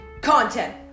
Content